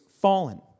fallen